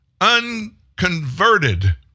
unconverted